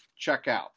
checkout